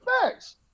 facts